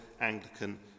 Anglican